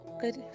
good